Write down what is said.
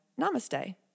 namaste